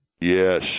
Yes